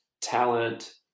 talent